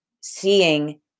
seeing